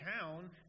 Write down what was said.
town